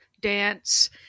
dance